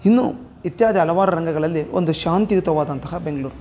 ಇನ್ನು ಇತ್ಯಾದಿ ಹಲವಾರು ರಂಗಗಳಲ್ಲಿ ಒಂದು ಶಾಂತಿಯುತವಾದಂಥ ಬೆಂಗ್ಳೂರು